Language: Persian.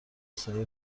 سایه